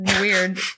weird